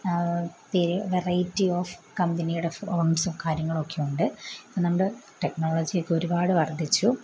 variety of കമ്പനിയുടെ ഫോൺസും കാര്യങ്ങളൊക്കെയുണ്ട് അപ്പം നമ്മുടെ ടെക്നോളജിയൊക്കെ ഒരുപാട് വർദ്ധിച്ചു